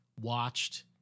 watched